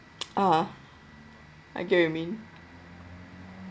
ah I get what you mean